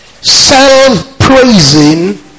self-praising